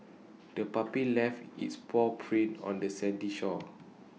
the puppy left its paw prints on the sandy shore